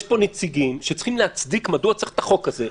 יש פה נציגים שצריכים להצדיק מדוע צריך את החוק הזה.